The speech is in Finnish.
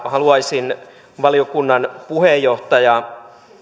haluaisin valiokunnan puheenjohtaja